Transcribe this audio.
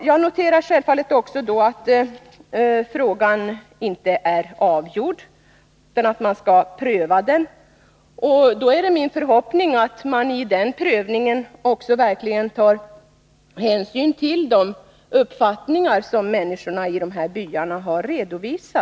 Jag noterar självfallet också att frågan inte är avgjord men att man skall pröva den. Då är det min förhoppning att man vid den prövningen verkligen tar hänsyn till de uppfattningar som människorna i de här byarna har redovisat.